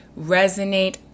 resonate